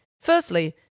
Firstly